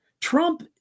Trump